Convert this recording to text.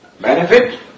benefit